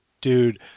Dude